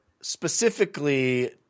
specifically